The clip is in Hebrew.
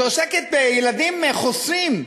שעוסקת בילדים חוסים,